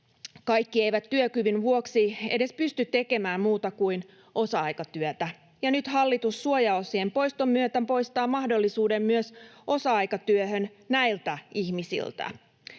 kaikki eivät työkyvyn vuoksi edes pysty tekemään muuta kuin osa-aikatyötä, ja nyt hallitus suojaosien poiston myötä poistaa mahdollisuuden myös osa-aikatyöhön näiltä ihmisiltä.